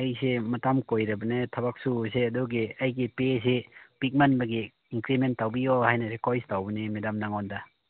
ꯑꯩꯁꯦ ꯃꯇꯝ ꯀꯨꯏꯔꯕꯅꯦ ꯊꯕꯛ ꯁꯨꯕꯁꯦ ꯑꯗꯨꯒꯤ ꯑꯩꯒꯤ ꯄꯦꯁꯤ ꯄꯤꯛꯃꯟꯕꯒꯤ ꯏꯟꯀ꯭ꯔꯤꯃꯦꯟ ꯇꯧꯕꯤꯌꯣ ꯍꯥꯏꯅ ꯔꯤꯀ꯭ꯋꯦꯁ ꯇꯧꯕꯅꯤ ꯃꯦꯗꯥꯝ ꯅꯪꯉꯣꯟꯗ